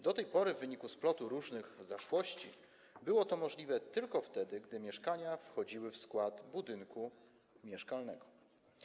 Do tej pory w wyniku splotu różnych zaszłości było to możliwe tylko wtedy, gdy mieszkania wchodziły w skład budynku mieszkalnego.